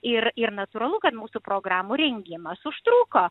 ir ir natūralu kad mūsų programų rengimas užtruko